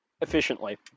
Efficiently